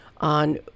on